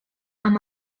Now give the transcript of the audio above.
amb